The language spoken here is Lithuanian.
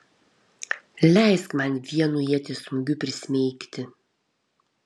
leisk man vienu ieties smūgiu prismeigti